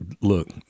look